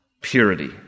purity